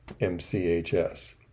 MCHS